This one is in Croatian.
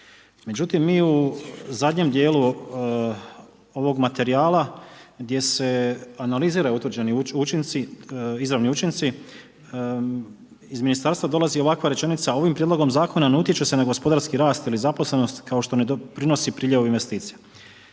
Međutim, mi u zadnjem dijelu ovog materija gdje se analiziraju utvrđeni učinci, izrani učinci, iz Ministarstva dolazi ovakva rečenica, ovim prijedlogom Zakona ne utječe se na gospodarski rast ili zaposlenost, kao što ne doprinosi priljevu investicija.